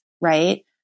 right